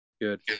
Good